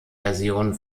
version